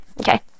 okay